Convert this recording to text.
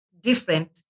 different